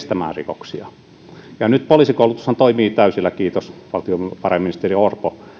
pystyivät estämään rikoksia nyt poliisikoulutushan toimii täysillä kiitos valtiovarainministeri orpo